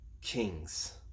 kings